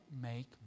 make